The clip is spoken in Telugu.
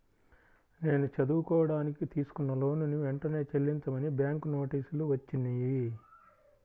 నేను చదువుకోడానికి తీసుకున్న లోనుని వెంటనే చెల్లించమని బ్యాంకు నోటీసులు వచ్చినియ్యి